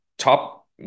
top